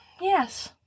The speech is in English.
Yes